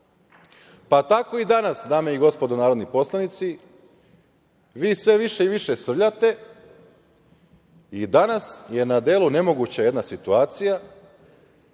i danas, dame i gospodo narodni poslanici, vi sve više i više srljate i danas je na delu nemoguća jedna situacija